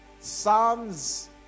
psalms